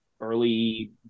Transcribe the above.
early